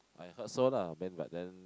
I heard so lah then but then